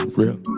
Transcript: real